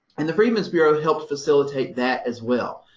and the freedmen's bureau helped facilitate that as well.